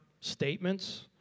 statements